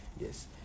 Yes